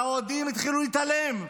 והאוהדים התחילו להתלהם.